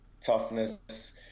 toughness